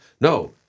No